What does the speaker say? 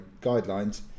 guidelines